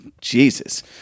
Jesus